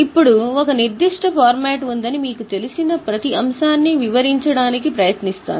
ఇప్పుడు ఒక నిర్దిష్ట ఫార్మాట్ ఉందని మీకు తెలిసిన ప్రతి అంశాన్ని వివరించడానికి ప్రయత్నిస్తాను